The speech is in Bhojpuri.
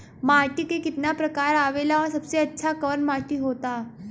माटी के कितना प्रकार आवेला और सबसे अच्छा कवन माटी होता?